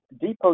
Depot